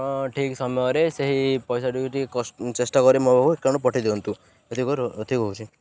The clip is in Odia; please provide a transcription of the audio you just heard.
ଆପଣ ଠିକ୍ ସମୟରେ ସେହି ପଇସାଟିକୁ ଟିକେ ଚେଷ୍ଟା କରି ମୋ ପାଖକୁ ଏକାଉଣ୍ଟ୍କୁ ପଠେଇ ଦିଅନ୍ତୁ ଏତିିକି କହି ରହୁଛି